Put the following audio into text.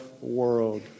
world